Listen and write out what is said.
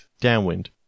Downwind